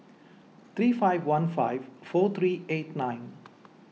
three five one five four three eight nine